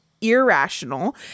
irrational